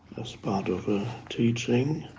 as part of a teaching.